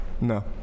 No